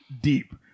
deep